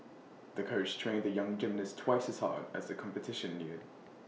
the coach trained the young gymnast twice as hard as the competition neared